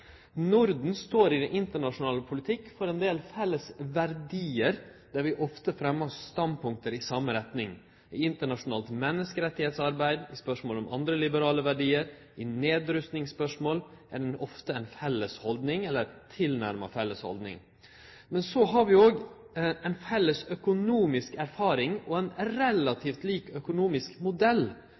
Norden står i internasjonal politikk for ein del felles verdiar der vi ofte fremmar standpunkt i same retning. I internasjonalt menneskerettsarbeid, i spørsmål om andre liberale verdiar og i nedrustingsspørsmål er det ofte ei felles holdning, eller tilnærma felles holdning. Men så har vi òg ei felles økonomisk erfaring og ein relativt lik økonomisk modell,